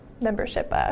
membership